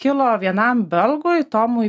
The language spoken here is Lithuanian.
kilo vienam belgui tomui